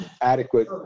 adequate